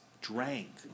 drank